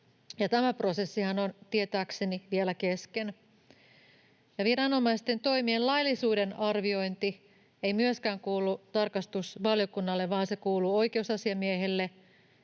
tämä prosessihan on tietääkseni vielä kesken. Myöskään viranomaisten toimien laillisuuden arviointi ei kuulu tarkastusvaliokunnalle, vaan se kuuluu oikeusasiamiehelle,